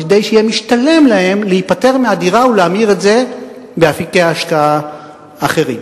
כדי שיהיה משתלם להם להיפטר מהדירה ולהמיר את זה באפיקי השקעה אחרים.